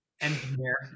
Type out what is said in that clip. engineer